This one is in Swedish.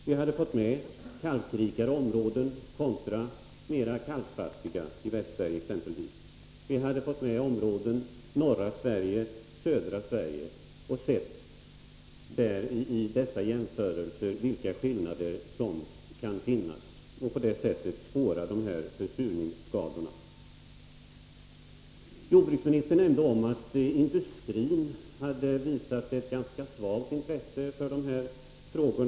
Vi hade då fått med kalkrika områden kontra kalkfattiga, exempelvis i Västsverige, och vi hade fått med områden i norra resp. södra Sverige och i jämförelser kunnat konstatera vilka skillnader som kan finnas. På det sättet hade vi kunnat spåra försurningsskadorna. Jordbruksministern nämnde att industrin hade visat ett ganska svalt intresse för dessa frågor.